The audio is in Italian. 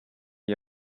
gli